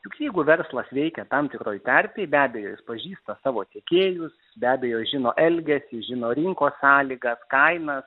juk jeigu verslas veikia tam tikroje terpėj be abejo jis pažįsta savo tiekėjus be abejo žino elgesį žino rinkos sąlygas kainas